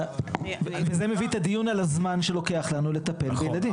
זה מביא את הדיון על הזמן שלוקח לנו לטפל בילדים.